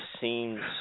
seems